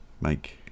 make